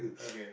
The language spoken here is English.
okay